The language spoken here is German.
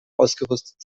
ausgerüstet